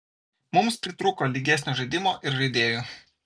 mums pritrūko lygesnio žaidimo ir žaidėjų